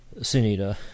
Sunita